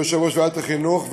יושב-ראש ועדת החינוך,